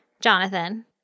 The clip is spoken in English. Jonathan